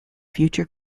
future